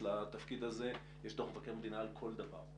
לתפקיד הזה הוא שיש דוח מבקר המדינה לכל דבר,